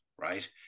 right